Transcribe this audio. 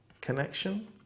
connection